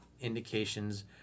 indications